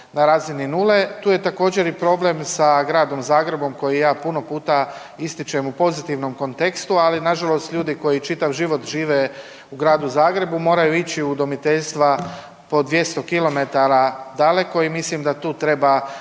na razini nule. Tu je također i problem sa Gradom Zagrebom koji ja puno puta ističem u pozitivnom kontekstu, ali nažalost ljudi koji čitav život žive u Gradu Zagrebu moraju ići u udomiteljstva po 200 kilometara daleko i mislim da tu treba